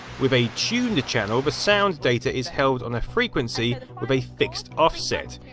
with a tuned channel, the sound data is held on a frequency with a fixed off-set.